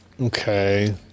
Okay